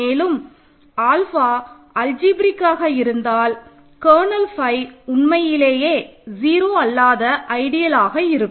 மேலும் ஆல்ஃபா அல்ஜிப்ரேக்காக இருந்தால் கர்னல் ஃபை உண்மையிலே 0 அல்லாத ஐடியல் ஆக இருக்கும்